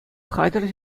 хатӗр